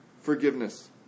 forgiveness